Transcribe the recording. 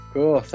Cool